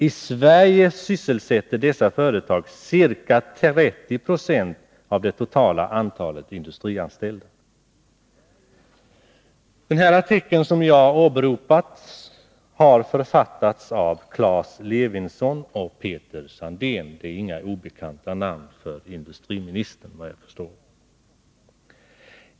I Sverige sysselsätter dessa företag ca 30 20 av det Den artikel jag åberopat har författats av Klas Levinson och Peter Sandén. Det är inga obekanta namn för industriministern, vad jag förstår.